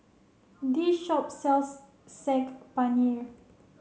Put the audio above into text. this shop sells Saag Paneer